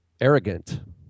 arrogant